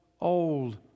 old